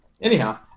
Anyhow